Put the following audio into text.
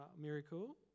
miracle